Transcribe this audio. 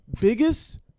biggest –